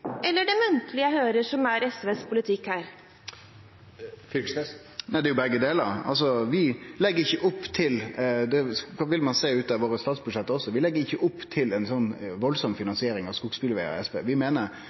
eller det muntlige jeg hører, som er SVs politikk her? Det er begge delar. Vi i SV legg ikkje opp til – og det vil ein sjå av våre statsbudsjett – ei veldig finansiering av skogsbilvegar. Vi meiner